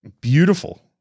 Beautiful